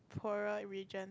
poorer region